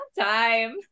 time